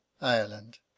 ireland